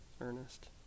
Ernest